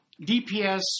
DPS